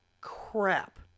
crap